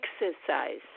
exercise